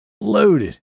Loaded